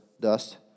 dust